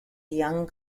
young